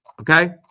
okay